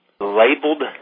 labeled